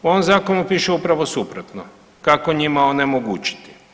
U ovom Zakonu pište upravo suprotno, kako njima onemogućiti.